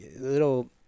little